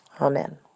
Amen